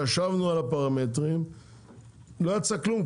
ישבנו על הפרמטרים ולא יצא כלום,